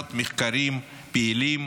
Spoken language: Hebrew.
עם 700 מחקרים פעילים